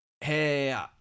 hey